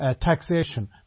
taxation